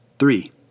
Three